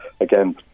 again